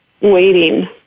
waiting